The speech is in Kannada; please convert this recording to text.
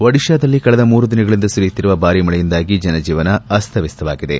ಒಡಿತಾದಲ್ಲಿ ಕಳೆದ ಮೂರು ದಿನಗಳಿಂದ ಸುರಿಯುತ್ತಿರುವ ಭಾರೀ ಮಳೆಯಿಂದಾಗಿ ಜನಜೀವನ ಅಸ್ತವ್ಲಸ್ತವಾಗಿದೆ